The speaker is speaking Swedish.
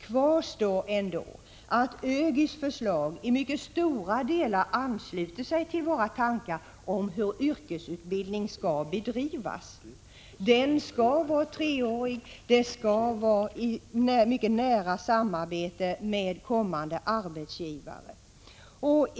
Kvar står ändå att ÖGY:s förslag i mycket stora delar ansluter sig till våra tankar om hur yrkesutbildning skall bedrivas, dvs. att den skall vara treårig och att den skall bedrivas i mycket nära samarbete med kommande arbetsgivare.